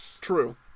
True